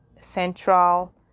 central